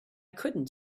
couldn’t